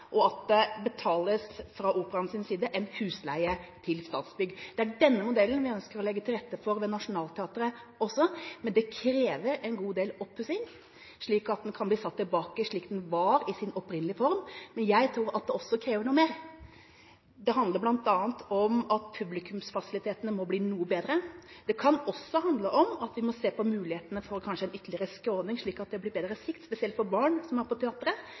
og at det fra Operaens side betales en husleie til Statsbygg. Det er denne modellen vi ønsker å legge til rette for ved Nationaltheatret også. Det krever en god del opppussing, slik at teatret kan bli satt tilbake slik det var i sin opprinnelige form, men jeg tror at det også krever noe mer. Det handler bl.a. om at publikumsfasilitetene må bli noe bedre. Det kan også handle om at vi må se på mulighetene for en ytterligere skråning, slik at det blir bedre sikt, spesielt for barn som er på teatret.